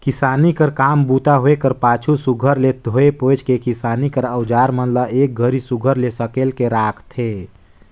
किसानी कर काम बूता होए कर पाछू सुग्घर ले धोए पोएछ के किसानी कर अउजार मन ल एक घरी सुघर ले सकेल के राखथे